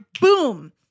boom